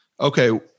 Okay